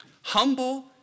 Humble